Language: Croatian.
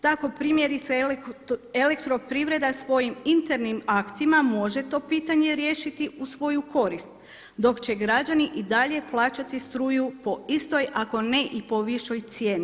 Tako primjerice Elektroprivreda svojim internim aktima može to pitanje riješiti u svoju korist, dok će građani i dalje plaćati struju po istoj ako ne i po višoj cijeni.